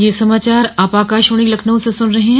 ब्रे क यह समाचार आप आकाशवाणी लखनऊ से सुन रहे हैं